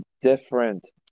different